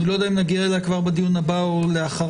אני לא יודע אם נגיע אליה כבר בדיון הבא או אחריו,